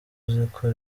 uziko